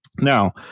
Now